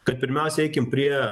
kad pirmiausia eikim prie